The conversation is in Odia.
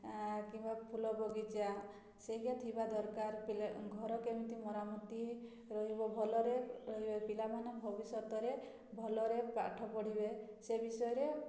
କିମ୍ବା ଫୁଲ ବଗିଚା ସେଇକା ଥିବା ଦରକାର ପିଲା ଘର କେମିତି ମରାମତି ରହିବ ଭଲରେ ରହିବେ ପିଲାମାନେ ଭବିଷ୍ୟତରେ ଭଲରେ ପାଠ ପଢ଼ିବେ ସେ ବିଷୟରେ